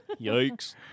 Yikes